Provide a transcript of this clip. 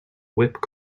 whipped